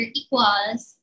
equals